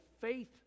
faith